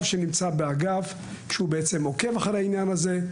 שנמצא באגף ועוקב אחרי העניין הזה.